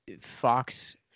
Fox